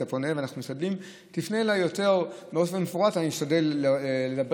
תפנה אליי יותר באופן מפורט ואשתדל לדבר